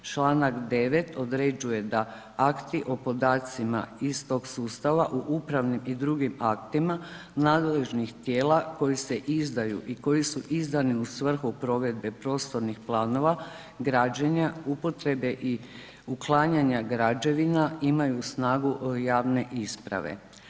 Čl. 9. određuje da akti o podacima iz tog sustava u upravnim i drugim aktima nadležnih tijela koriste izdaju i koji su izdani u svrhu provedbe prostornih planova građenja, upotrebe i uklanjanja građevina, imaju snagu javne isprave.